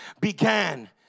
began